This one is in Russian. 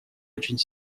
очень